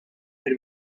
per